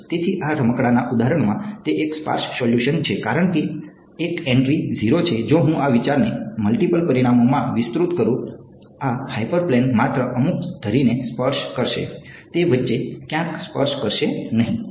તેથી આ રમકડાના ઉદાહરણમાં તે એક સ્પાર્સ સોલ્યુશન છે કારણ કે એક એન્ટ્રી 0 છે જો હું આ વિચારને મલ્ટીપલ પરિમાણોમાં વિસ્તૃત કરું આ હાયપર પ્લેન માત્ર અમુક ધરીને સ્પર્શ કરશે તે વચ્ચે ક્યાંક સ્પર્શ કરશે નહીં